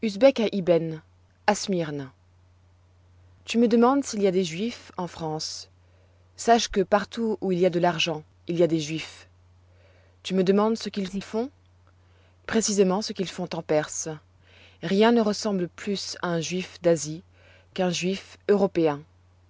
u me demandes s'il y a des juifs en france sache que partout où il y a de l'argent il y a des juifs tu me demandes ce qu'ils y font précisément ce qu'ils font en perse rien ne ressemble plus à un juif d'asie qu'un juif européen